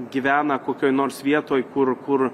gyvena kokioj nors vietoj kur kur